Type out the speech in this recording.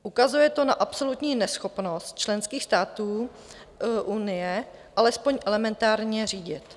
Ukazuje to na absolutní neschopnost členských států Unie alespoň elementárně je řídit.